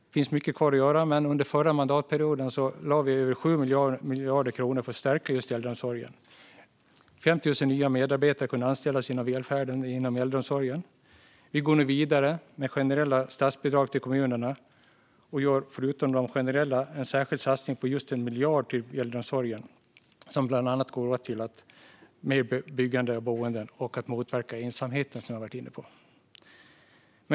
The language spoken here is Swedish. Det finns mycket kvar att göra, men under den förra mandatperioden lade vi över 7 miljarder kronor för att stärka just äldreomsorgen, och 5 000 nya medarbetare kunde anställas inom välfärden och inom äldreomsorgen. Vi går nu vidare med generella statsbidrag till kommunerna och gör förutom de generella satsningarna en särskild satsning på 1 miljard till äldreomsorgen som bland annat går till ett ökat byggande av boenden och till att motverka ensamhet, vilket jag har varit inne på.